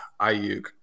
Ayuk